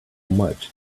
much